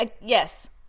yes